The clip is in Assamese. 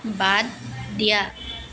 বাদ দিয়া